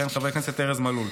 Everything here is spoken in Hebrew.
יכהן חבר הכנסת ארז מלול,